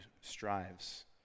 strives